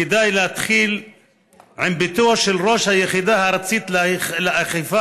כדאי להתחיל עם ביתו של ראש היחידה הארצית לאכיפת